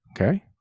Okay